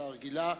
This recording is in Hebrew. הצעה רגילה